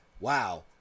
Wow